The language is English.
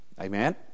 Amen